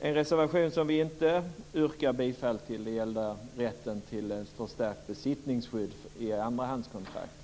En reservation som vi inte yrkar bifall till gäller rätten till ett förstärkt besittningsskydd i andrahandskontrakt.